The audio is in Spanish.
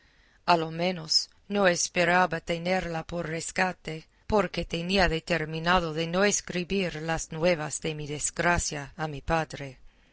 a lo menos no esperaba tenerla por rescate porque tenía determinado de no escribir las nuevas de mi desgracia a mi padre